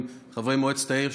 עם חברי מועצת העיר,